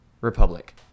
republic